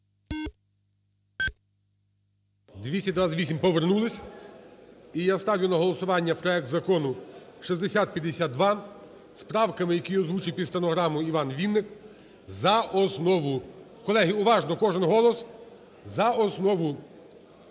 За-228 Повернулися. І я ставлю на голосування проект Закону 6052 з правками, які озвучив під стенограму ІванВінник, за основу. Колеги, уважно, кожен голос за основу,